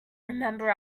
remember